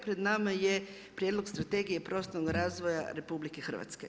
Pred nama je Prijedlog strategije prostornog razvoja RH.